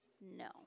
no